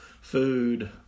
food